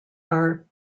are